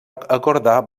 acordar